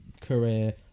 career